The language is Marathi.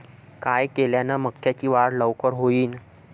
काय केल्यान मक्याची वाढ लवकर होईन?